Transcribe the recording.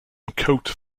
coat